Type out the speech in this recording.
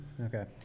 Okay